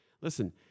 Listen